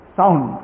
sound